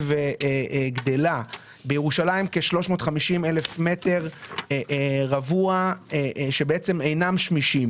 בירושלים יש כ-350,000 מטרים רבועים שאינם שמישים,